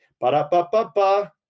Ba-da-ba-ba-ba